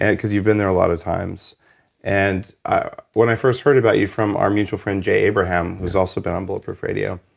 because you've been there a lot of times and ah when i first heard about you from our mutual friend, jay abraham, who's also been on bulletproof radio,